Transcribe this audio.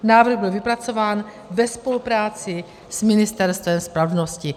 Návrh byl vypracován ve spolupráci s Ministerstvem spravedlnosti.